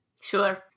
Sure